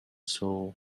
soul